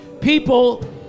people